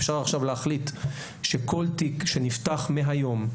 אפשר עכשיו להחליט שכל תיק שנפתח מהיום,